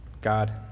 God